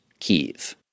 Kyiv